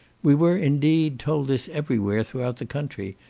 we were, indeed, told this every where throughout the country,